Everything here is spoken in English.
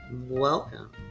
Welcome